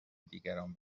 دیگران